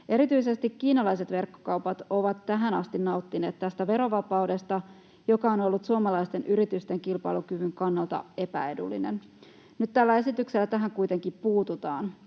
Erityisesti kiinalaiset verkkokaupat ovat tähän asti nauttineet tästä verovapaudesta, joka on ollut suomalaisten yritysten kilpailukyvyn kannalta epäedullinen. Nyt tällä esityksellä tähän kuitenkin puututaan.